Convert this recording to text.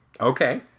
Okay